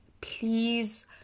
please